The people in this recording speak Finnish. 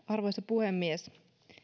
arvoisa puhemies